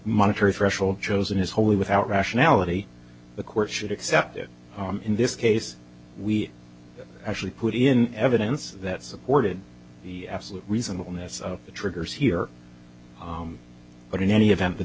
monetary threshold chosen is wholly without rationality the court should accept it in this case we actually put in evidence that supported the absolute reasonableness of the triggers here but in any event